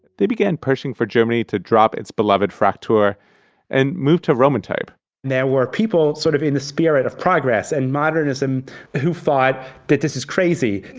they began pressing for germany to drop its beloved fraktur and move to roman type there were people sort of in the spirit of progress and modernism who thought that this is crazy,